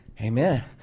Amen